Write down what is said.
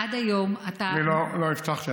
עד היום אתה, אני לא הבטחתי.